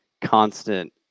constant